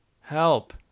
help